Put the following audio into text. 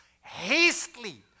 hastily